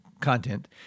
content